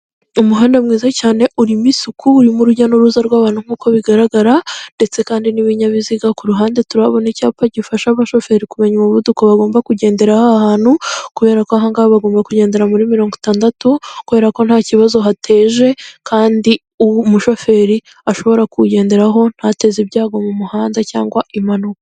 Umuhanda mwiza cyane urimo isuku urimo urujya n'uruza rw'abantu nk'uko bigaragara ndetse kandi n'ibinyabiziga, ku ruhande turahabona icyapa gifasha abashoferi kumenya umuvuduko bagomba kugenderaho aha hantu, kubera ko ahangaha bagomba kugendera muri mirongo itandatu, kubera ko nta kibazo hateje kandi umushoferi ashobora kuwugenderaho ntateze ibyago mu muhanda cyangwa impanuka.